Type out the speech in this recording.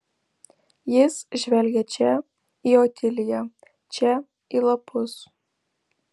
jis žvelgė čia į otiliją čia į lapus